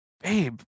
babe